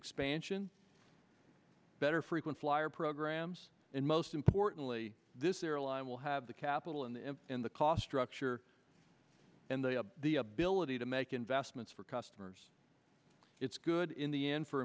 expansion better frequent flyer programs and most importantly this airline will have the capital and in the cost structure and they are the ability to make investments for customers it's good in the end for